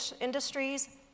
industries